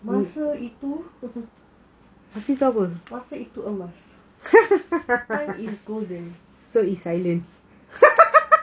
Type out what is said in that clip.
masa itu masa itu emas time is golden